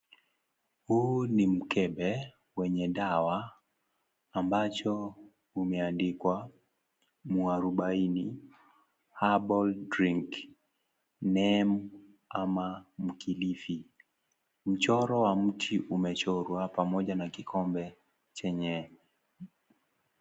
Huy ni mkebe wenye dawa ambacho imeandikwa mwarubani herbal drink (cs) neem ama mkilifi mchoro wa mti umechorwa pamoja na kikombe .